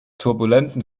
turbulenten